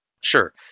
Sure